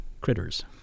critters